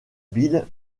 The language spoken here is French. bill